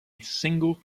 single